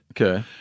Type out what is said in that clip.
Okay